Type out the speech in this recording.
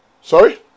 Sorry